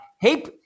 Hey